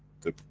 the,